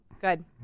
Good